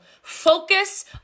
Focus